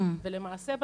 ולמעשה,